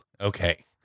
Okay